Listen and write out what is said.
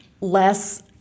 less